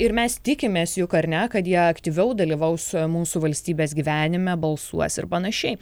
ir mes tikimės juk ar ne kad jie aktyviau dalyvaus mūsų valstybės gyvenime balsuos ir panašiai